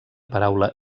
paraula